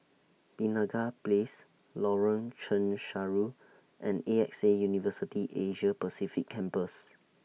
Penaga Place Lorong Chencharu and A X A University Asia Pacific Campus